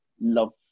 love